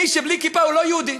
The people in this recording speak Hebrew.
מי שבלי כיפה הוא לא יהודי.